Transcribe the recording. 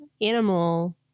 animal